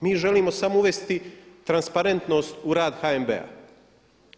Mi želimo samo uvesti transparentnost u rad HNB-a.